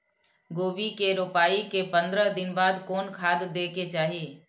गोभी के रोपाई के पंद्रह दिन बाद कोन खाद दे के चाही?